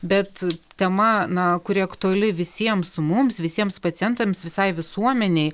bet tema na kuri aktuali visiems mums visiems pacientams visai visuomenei